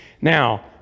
Now